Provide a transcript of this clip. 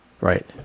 Right